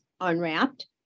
unwrapped